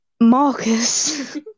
Marcus